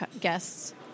guests